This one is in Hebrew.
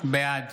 בעד